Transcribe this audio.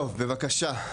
טוב, בבקשה.